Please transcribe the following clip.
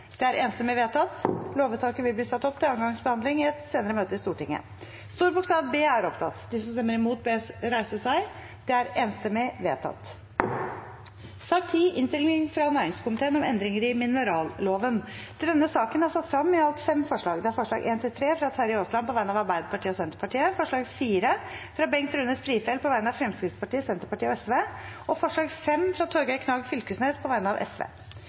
Det voteres over lovens overskrift og loven i sin helhet. Lovvedtaket vil bli ført opp til andre gangs behandling i et senere møte i Stortinget. Videre var innstilt: Under debatten er det satt frem i alt seks forslag. Det er forslagene nr. 1–3, fra Terje Aasland på vegne av Arbeiderpartiet og Senterpartiet forslag nr. 4, fra Bengt Rune Strifeldt på vegne av Fremskrittspartiet, Senterpartiet og Sosialistisk Venstreparti forslagene nr. 5 og 6, fra Torgeir Knag Fylkesnes på vegne av